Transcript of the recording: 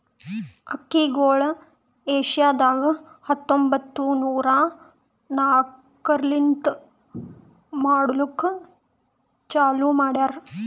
ಅಕ್ಕಿಗೊಳ್ ಏಷ್ಯಾದಾಗ್ ಹತ್ತೊಂಬತ್ತು ನೂರಾ ನಾಕರ್ಲಿಂತ್ ಮಾಡ್ಲುಕ್ ಚಾಲೂ ಮಾಡ್ಯಾರ್